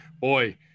boy